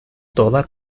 toda